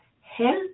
help